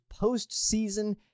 postseason